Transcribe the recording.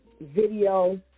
video